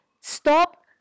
stop